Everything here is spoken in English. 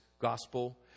gospel